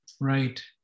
Right